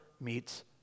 meets